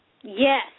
Yes